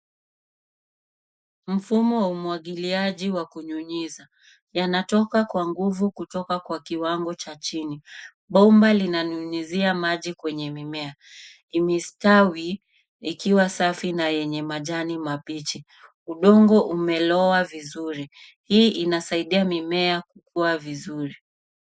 Mfumo wa umwagiliaji wa kunyunyiza. Yanatoka kwa nguvu kutoka kwa kiwango cha chini. Bomba linanyunyizia maji kwenye mimea. Imestawi ikiwa safi na yenye majani mabichi. Udongo umelowa vizuri. Hii inasaidia mimea kukua vizuri.